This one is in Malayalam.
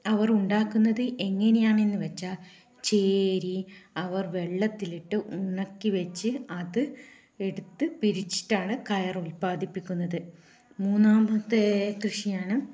അവർ ഉണ്ടാക്കുന്നത് എങ്ങനെയാണെന്ന് വെച്ചാൽ ചകിരി അവർ വെള്ളത്തിലിട്ട് ഉണക്കി വെച്ച് അത് എടുത്ത് പിരിച്ചിട്ടാണ് കയർ ഉത്പാദിപ്പിക്കുന്നത് മൂന്നാമത്തെ കൃഷിയാണ്